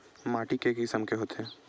माटी के किसम के होथे?